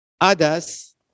Others